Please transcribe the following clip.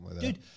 Dude